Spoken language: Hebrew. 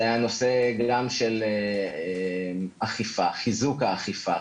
זה גם חיזוק האכיפה.